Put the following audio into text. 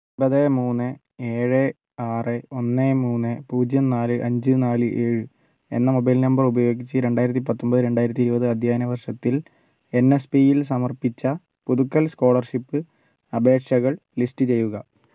ഒമ്പത് മൂന്ന് ഏഴ് ആറ് ഒന്ന് മൂന്ന് പൂജ്യം നാല് അഞ്ച് നാല് ഏഴ് എന്ന മൊബൈൽ നമ്പർ ഉപയോഗിച്ച് രണ്ടായിരത്തി പത്തൊമ്പത് രണ്ടായിരത്തി ഇരുപത് അധ്യയന വർഷത്തിൽ എൻ എസ് പിയിൽ സമർപ്പിച്ച പുതുക്കൽ സ്കോളർഷിപ്പ് അപേക്ഷകൾ ലിസ്റ്റ് ചെയ്യുക